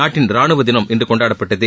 நாட்டின் ரானுவ தினம் இன்று கொண்டாடப்பட்டது